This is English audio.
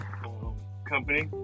company